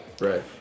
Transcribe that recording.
Right